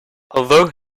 although